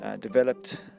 developed